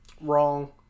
wrong